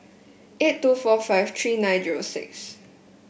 eight two four five three nine zero six